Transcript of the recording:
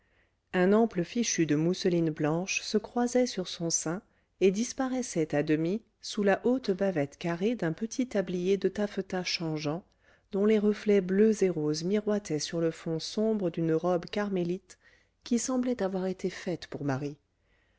un ample fichu de mousseline blanche se croisait sur son sein et disparaissait à demi sous la haute bavette carrée d'un petit tablier de taffetas changeant dont les reflets bleus et roses miroitaient sur le fond sombre d'une robe carmélite qui semblait avoir été faite pour marie